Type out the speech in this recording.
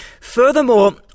Furthermore